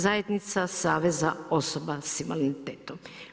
Zajednica saveza osoba sa invaliditetom.